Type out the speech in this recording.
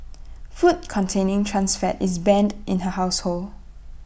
food containing trans fat is banned in her household